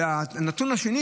הנתון השני,